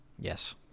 yes